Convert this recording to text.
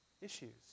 issues